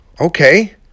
okay